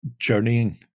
journeying